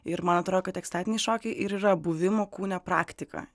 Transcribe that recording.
ir man atrodo kad ekstatiniai šokiai ir yra buvimo kūne praktika